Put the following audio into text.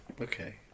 Okay